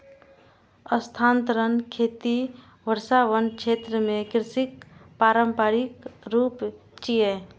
स्थानांतरण खेती वर्षावन क्षेत्र मे कृषिक पारंपरिक रूप छियै